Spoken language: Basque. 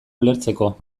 ulertzeko